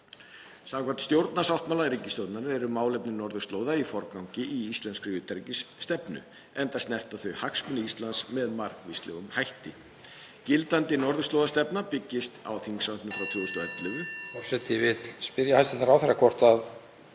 Samkvæmt stjórnarsáttmála ríkisstjórnarinnar eru málefni norðurslóða í forgangi í íslenskri utanríkisstefnu enda snerta þau hagsmuni Íslands með margvíslegum hætti. Gildandi norðurslóðastefnu byggist á þingsályktun frá 2011.